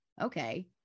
Okay